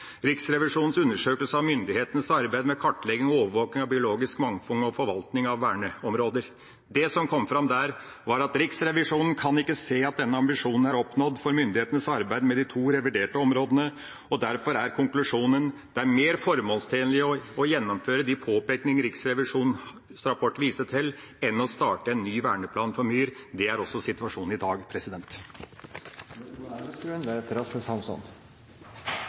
Riksrevisjonens undersøkelse av myndighetenes arbeid med kartlegging og overvåking av biologisk mangfold og forvaltning av verneområder. Det som kom fram der, var: «Riksrevisjonen kan ikke se at denne ambisjonen er oppnådd for myndighetenes arbeid på de to reviderte områdene.» Derfor er konklusjonen: Det er mer formålstjenlig å gjennomføre de påpekninger Riksrevisjonens rapport viste til, enn å starte en ny verneplan for myr. Det er også situasjonen i dag.